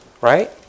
Right